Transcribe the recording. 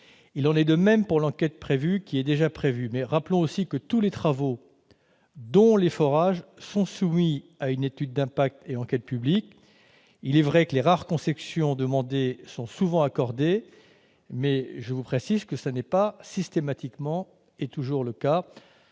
Il en est de même pour l'enquête publique, qui est déjà prévue. Rappelons aussi que tous les travaux, dont les forages, sont soumis à une étude d'impact et à une enquête publique. Il est vrai que les rares concessions demandées sont souvent accordées, mais ce n'est pas systématiquement le cas.